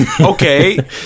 Okay